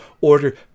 order